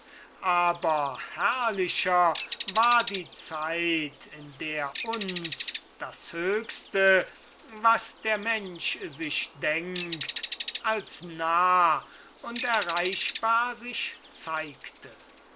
aber herrlicher war die zeit in der uns das höchste was der mensch sich denkt als nah und erreichbar sich zeigte